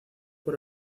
por